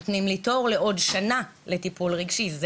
נותנים לי תור לטיפול רגשי, לעוד שנה.